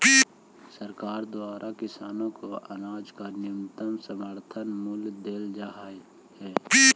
सरकार द्वारा किसानों को अनाज का न्यूनतम समर्थन मूल्य देल जा हई है